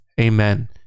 amen